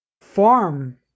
farm